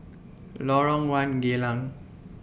Lorong one Geylang